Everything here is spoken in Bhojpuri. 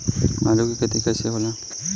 आलू के खेती कैसे होला?